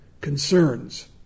concerns